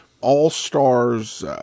All-Stars